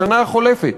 השנה החולפת,